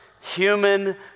human